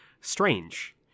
strange